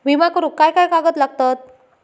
विमा करुक काय काय कागद लागतत?